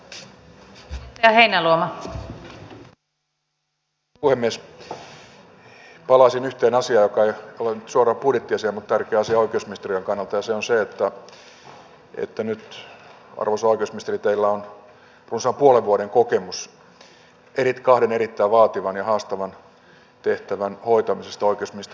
palaisin yhteen asiaan joka ei ole nyt suoraan budjettiasia mutta tärkeä asia oikeusministeriön kannalta ja se on se että nyt arvoisa oikeusministeri teillä on runsaan puolen vuoden kokemus kahden erittäin vaativan ja haastavan tehtävän hoitamisesta oikeusministerin ja työministerin